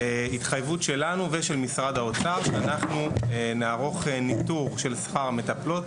התחייבות שלנו ושל משרד האוצר שאנחנו נערוך ניטור של שכר מטפלות,